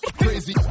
crazy